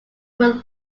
would